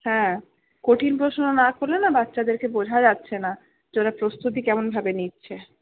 হ্যাঁ কঠিন প্রশ্ন না করলে না বাচ্চাদেরকে বোঝা যাচ্ছে না যে ওরা প্রস্তুতি কেমনভাবে নিচ্ছে